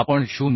आपण 0